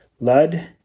Lud